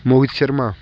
Mohit Sharma